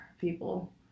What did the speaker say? people